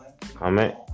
comment